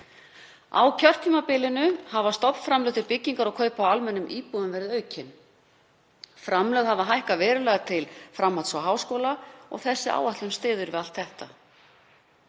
Á kjörtímabilinu hafa stofnframlög til byggingar og kaupa á almennum íbúðum verið aukin. Framlög hafa hækkað verulega til framhaldsskóla og háskóla og þessi áætlun styður við allt þetta.